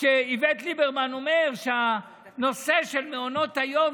שאיווט ליברמן אומר בנושא של מעונות היום,